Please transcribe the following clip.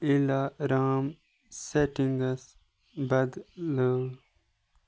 alarm settings بدلٲو